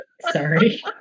Sorry